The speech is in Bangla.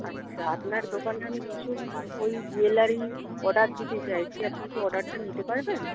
আচ্ছা আপনার দোকানে আমি কিছু ওই জুয়েলারি অর্ডার দিতে চাই আপনি কি অর্ডারটা নিতে পারবেন